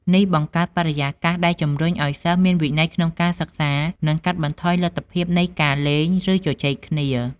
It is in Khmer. នេះបង្កើតបរិយាកាសដែលជំរុញឲ្យសិស្សមានវិន័យក្នុងការសិក្សា និងកាត់បន្ថយលទ្ធភាពនៃការលេង ឬជជែកគ្នា។